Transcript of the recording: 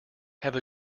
have